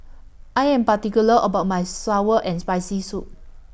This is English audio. I Am particular about My Sour and Spicy Soup